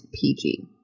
PG